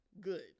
good